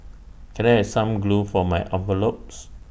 can I have some glue for my envelopes